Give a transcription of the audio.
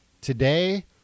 Today